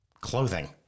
clothing